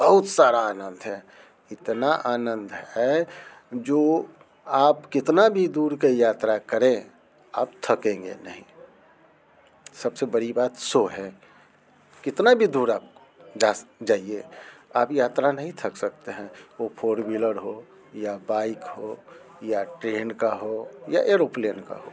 बहुत सारा आनंद है इतना आनंद है जो आप कितना भी दूर के यात्रा करें आप थकेंगे नहीं सबसे बड़ी बात सो है कितना भी दूर आप जा जाईये आप यात्रा नहीं थक सकते हैं वो फोरविलर हो या बाइक हो या ट्रेन का हो या एरोप्लेन का हो